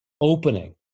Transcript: opening